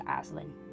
Aslan